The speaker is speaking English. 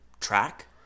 track